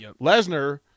Lesnar